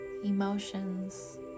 emotions